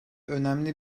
önemli